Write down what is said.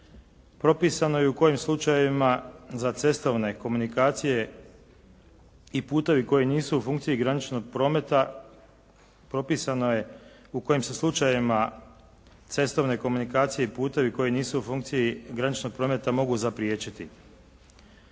Propisano je i u kojim slučajevima za cestovne komunikacije i putovi koji nisu u funkciji graničnog prometa propisano je